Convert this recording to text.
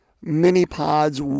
mini-pods